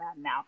now